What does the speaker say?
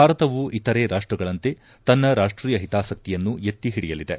ಭಾರತವು ಇತರೆ ರಾಷ್ಟಗಳಂತೆ ತನ್ನ ರಾಷ್ಟೀಯ ಹಿತಾಸಕ್ತಿಯನ್ನು ಎತ್ತಿಹಿಡಿಯಲಿದೆ